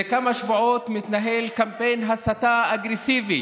זה כמה שבועות מתנהל קמפיין הסתה אגרסיבי